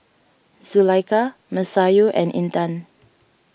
Zulaikha Masayu and Intan